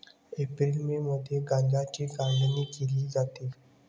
April May मध्ये गांजाची काढणी केली जाते